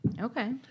Okay